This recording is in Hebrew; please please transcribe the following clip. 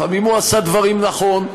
לפעמים הוא עשה דברים נכון.